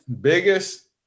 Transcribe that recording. biggest